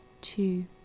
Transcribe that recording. two